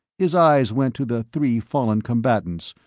his eyes went to the three fallen combatants,